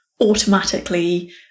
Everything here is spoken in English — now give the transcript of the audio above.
automatically